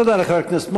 תודה לחבר הכנסת מוזס.